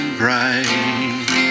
bright